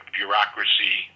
bureaucracy